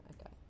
okay